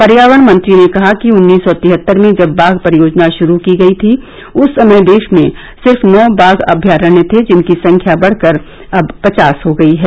पर्यावरण मंत्री ने कहा कि उन्नीस सौ तिहत्तर में जब बाघ परियोजना शुरू की गई थी उस समय देश में सिर्फ नौ बाघ अभ्यारण्य थे जिनकी संख्या बढकर अब पचास हो गई है